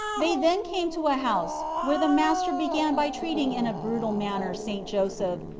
they then came to a house where the master began by treating in a brutal manner st. joseph,